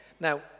now